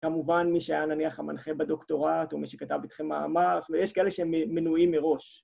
כמובן מי שהיה נניח המנחה בדוקטורט, או מי שכתב אתכם מאמר, ויש כאלה שהם מנויים מראש.